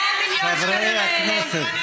שאלה רצינית,